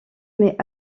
mais